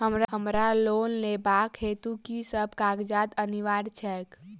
हमरा लोन लेबाक हेतु की सब कागजात अनिवार्य छैक?